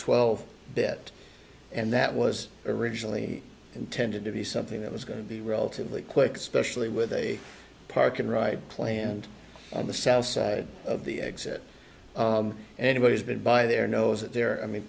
twelve bit and that was originally intended to be something that was going to be relatively quick especially with a parking right plant on the south side of the exit anybody's been by their nose at their i mean